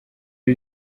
ari